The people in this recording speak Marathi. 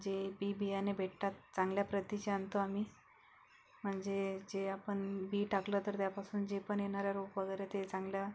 जे बीबियाणे भेटतात चांगल्या प्रतीचे आणतो आम्ही म्हणजे जे आपण बी टाकलं तर त्यापासून जे पण येणारं रोप वगैरे ते चांगलं